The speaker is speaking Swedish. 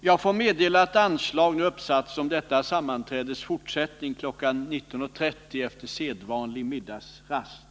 Jag får meddela att anslag nu uppsatts om detta sammanträdes fortsättning kl. 19.30 efter sedvanlig middagsrast.